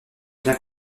bien